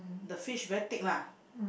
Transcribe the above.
the fish very thick lah